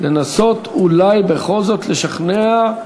לנסות אולי בכל זאת לשכנע.